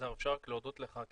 אפשר להודות לך?